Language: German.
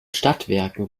stadtwerken